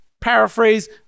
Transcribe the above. Paraphrase